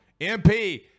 MP